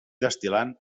destil·lant